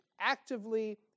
actively